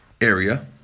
area